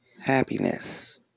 Happiness